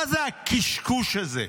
מה זה הקשקוש הזה?